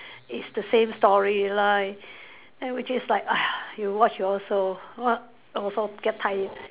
it's the same storyline and which is like !ugh! you watched also what also get tired